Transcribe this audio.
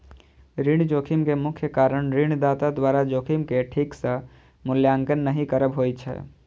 ऋण जोखिम के मुख्य कारण ऋणदाता द्वारा जोखिम के ठीक सं मूल्यांकन नहि करब होइ छै